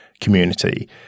community